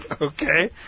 Okay